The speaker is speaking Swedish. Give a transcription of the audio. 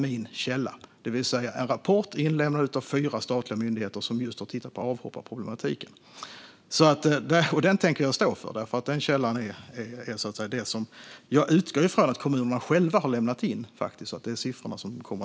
Min källa är alltså en rapport inlämnad av fyra statliga myndigheter som just har tittat på avhopparproblematiken. Den källan tänker jag stå för, för jag utgår ju från att kommunerna själva har lämnat in siffrorna.